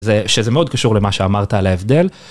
זה שזה מאוד קשור למה שאמרת על ההבדל.